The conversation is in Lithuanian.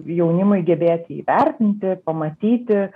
jaunimui gebėti įvertinti pamatyti